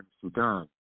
Sudan